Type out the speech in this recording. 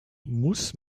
muss